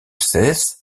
sées